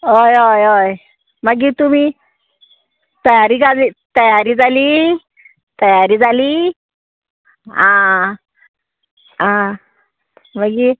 हय हय हय मागीर तुमी तयारी जाली तयारी जाली तयारी जाली आं आं मागीर